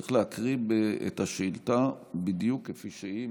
צריך להקריא את השאילתה בדיוק כפי שהיא,